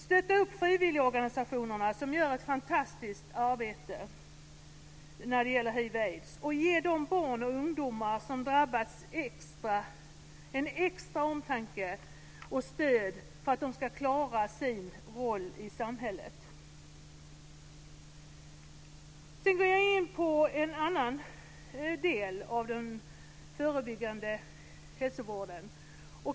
Stötta frivilligorganisationerna, som gör ett fantastiskt arbete när det gäller hiv/aids, och ge de barn och ungdomar som har drabbats en extra omtanke och ett extra stöd för att de ska klara sin roll i samhället! Sedan ska jag gå in på en annan del av den förebyggande hälsovården.